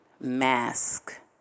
Mask